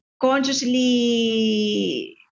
consciously